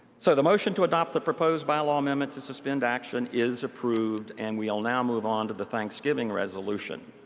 so the motion to adopt the proposed bylaw amendment to suspend action is approved, and we will now move on to the thanksgiving resolution.